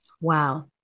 Wow